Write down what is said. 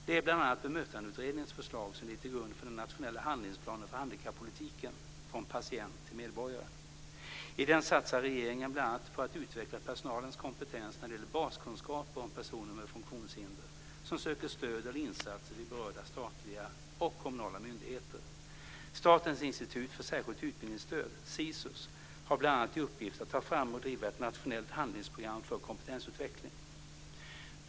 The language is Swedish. Det är bl.a. bemötandeutredningens förslag som ligger till grund för den nationella handlingsplanen för handikappolitiken Från patient till medborgare, 1999/2000:79. I den satsar regeringen bl.a. på att utveckla personalens kompetens när det gäller baskunskaper om personer med funktionshinder som söker stöd eller insatser vid berörda statliga och kommunala myndigheter. Statens institut för särskilt utbildningsstöd, Sisus, har bl.a. i uppgift att ta fram och driva ett nationellt handlingsprogram för kompetensutveckling.